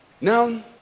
now